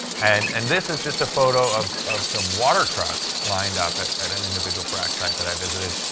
and and this is just a photo of of some water trucks lined up at at an individual frac site that i visited.